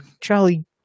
Charlie